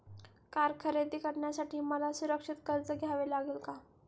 Car खरेदी करण्यासाठी मला सुरक्षित कर्ज घ्यावे लागेल का?